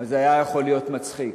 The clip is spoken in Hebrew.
אז זה היה יכול להיות מצחיק,